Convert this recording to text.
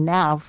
now